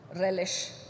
relish